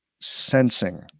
sensing